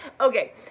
Okay